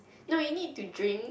no you need to drink